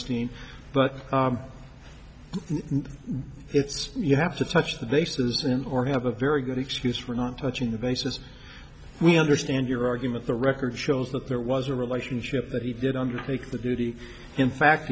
ein but it's you have to touch the bases and or have a very good excuse for not touching the bases we understand your argument the record shows that there was a relationship that he did undertake the duty in fact